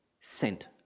Sent